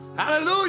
Hallelujah